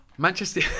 Manchester